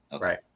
Right